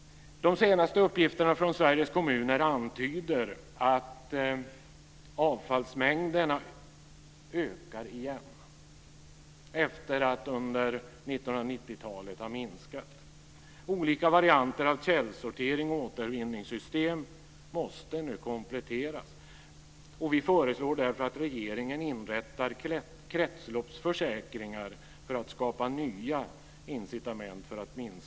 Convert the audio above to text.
De senaste uppgifterna från Sveriges kommuner antyder att avfallsmängderna åter ökar efter att under 1990-talet ha minskat. Olika varianter av källsortering och återvinningssystem måste nu kompletteras.